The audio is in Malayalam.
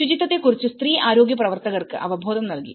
ശുചിത്വത്തെ കുറിച്ച് സ്ത്രീ ആരോഗ്യ പ്രവർത്തകർക്ക് അവബോധം നൽകി